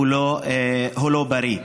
הוא לא בריא.